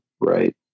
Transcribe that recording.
right